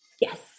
Yes